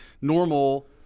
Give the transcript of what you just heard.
normal